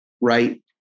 right